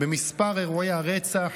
במספר אירועי הרצח,